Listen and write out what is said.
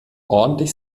ordentlich